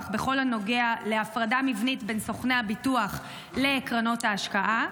בכל הנוגע להפרדה מבנית בין סוכני הביטוח לקרנות ההשקעה?